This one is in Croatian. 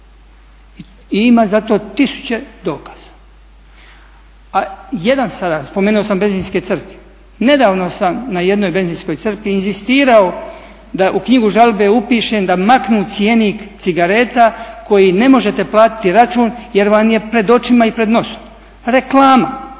i ima za to tisuće dokaza, a jedan sada, spomenuo sam benzinske crpke. Nedavno sam na jednoj benzinskoj crpki inzistirao da u knjigu žalbe upišem da maknu cjenik cigareta koji ne možete platiti račun jer vam je pred očima i pred nosom. Reklama.